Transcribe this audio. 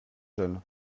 jeunes